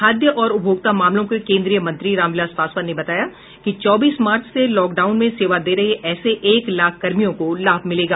खाद्य और उपभोक्ता मामलों के केन्द्रीय मंत्री रामविलास पासवान ने बताया कि चौबीस मार्च से लॉकडाउन में सेवा दे रहे ऐसे एक लाख कर्मियों को लाभ मिलेगा